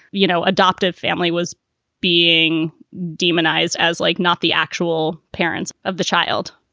you know, adoptive family was being demonized as like not the actual parents of the child